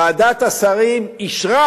ועדת השרים אישרה